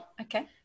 Okay